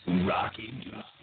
Rocking